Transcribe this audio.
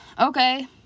okay